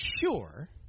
sure